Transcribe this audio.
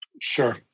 Sure